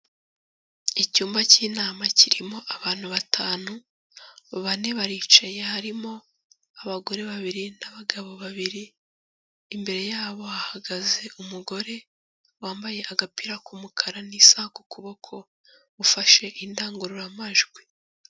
Icyumba cy'inama kirimo abantu batanu, bane baricaye harimo abagore babiri n 'abagabo babiri, imbere yabo bahagaze umugore wambaye agapira k'umukara n'isaha ku kuboko gufashe indangururamajwi.